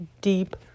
deep